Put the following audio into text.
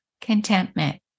contentment